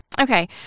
Okay